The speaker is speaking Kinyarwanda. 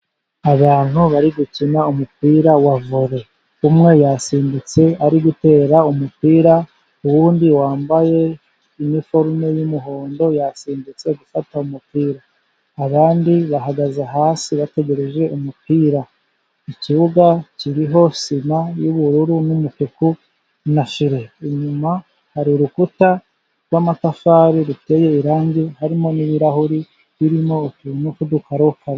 Abantu bari gukina umupira wa vole, umwe yasimbutse ari gutera umupira, uwundi wambaye iniforume y'umuhondo yasimbutse gufata umupira, abandi bahagaze hasi bategereje umupira, ikibuga kiriho sima y'ubururu n'umutuku na file, inyuma hari urukuta rw'amatafari ruteye irangi, harimo n'ibirahuri birimo utuntu tw'udukarokaro.